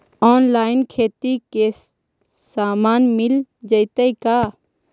Online खेती के सामान मिल जैतै का?